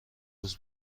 روز